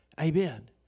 Amen